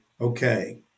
okay